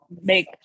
make